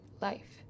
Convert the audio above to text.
life